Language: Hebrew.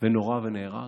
נורה ונהרג,